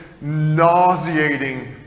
nauseating